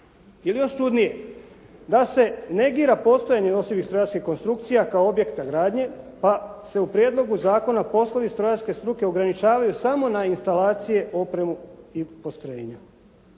Ili još čudnije, da se negira postojanje nosivih strojarskih konstrukcija kao objekta gradnje pa se u prijedlogu zakona poslovi strojarske struke ograničavaju samo na instalacije, opremu i postrojenja.